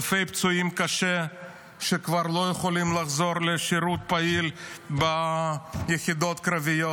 אלפי פצועים קשה שכבר לא יכולים לחזור לשירות פעיל ביחידות קרביות,